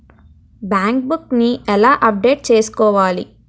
Bank book నీ ఎలా update చేసుకోవాలి?